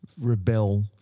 rebel